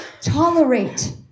tolerate